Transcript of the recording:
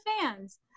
fans